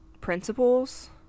...Principles